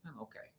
okay